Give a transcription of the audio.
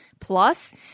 plus